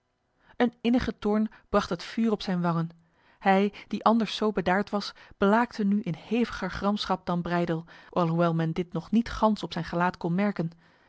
een innige toorn bracht het vuur op zijn wangen hij die anders zo bedaard was blaakte nu in heviger gramschap dan breydel alhoewel men dit nog niet gans op zijn gelaat kon merken